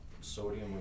sodium